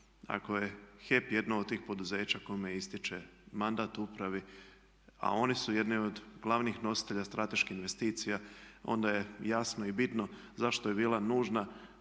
Ako je HEP jedno od tih poduzeće kome ističe mandat upravi a oni su jedni od glavnih nositelja strateških investicija onda je jasno i bitno zašto je bila nužna